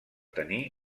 tenir